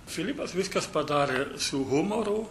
filipas viską padarė su humoru